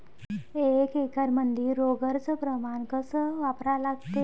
एक एकरमंदी रोगर च प्रमान कस वापरा लागते?